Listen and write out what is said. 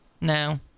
No